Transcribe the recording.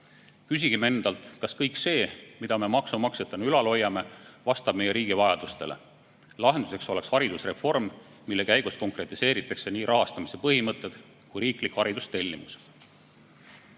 hullem. Küsigem endalt, kas kõik see, mida me maksumaksjatena ülal hoiame, vastab meie riigi vajadustele. Lahenduseks oleks haridusreform, mille käigus konkretiseeritakse nii rahastamise põhimõtted kui ka riiklik haridustellimus. Kui